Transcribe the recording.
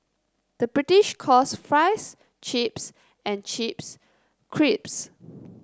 the British calls fries chips and chips crisps